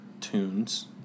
tunes